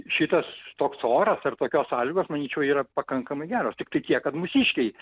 šitas toks oras ar tokios sąlygos manyčiau yra pakankamai geros tiktai tiek kad mūsiškiai